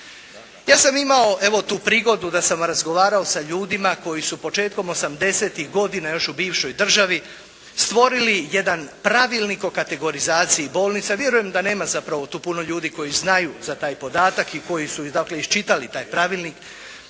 Ja sam imao evo tu prigodu da sam razgovarao sa ljudima koji su početkom 80-tih godina još u bivšoj državi stvorili jedan pravilnik o kategorizaciji bolnica, vjerujem da nema zapravo tu puno ljudi koji znaju za taj podatak i koji su dakle iščitali taj pravilnik,